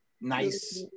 Nice